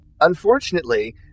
Unfortunately